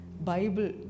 Bible